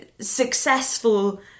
successful